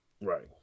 Right